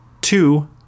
two